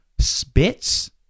spits